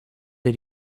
der